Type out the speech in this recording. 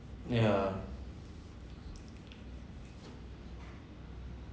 yeah